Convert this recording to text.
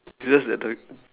just that the